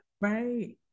Right